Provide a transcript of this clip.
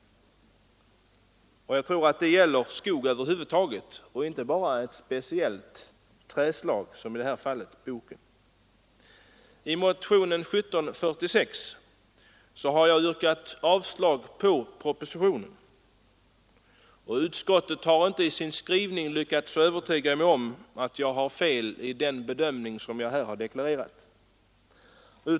Jag tror att det gäller skog över huvud taget och inte bara ett speciellt trädslag, som i det här fallet boken. I motionen 1745 har jag yrkat avslag på propositionen. Utskottet har inte i sin skrivning lyckats övertyga mig om att jag har fel i den bedömning som jag här har deklarerat.